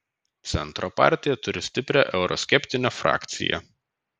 centro partija turi stiprią euroskeptinę frakciją